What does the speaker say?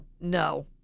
no